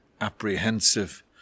apprehensive